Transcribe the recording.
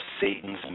Satan's